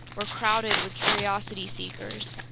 were crowded with curiosity seekers.